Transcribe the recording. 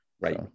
right